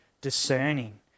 discerning